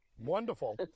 Wonderful